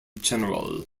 general